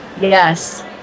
Yes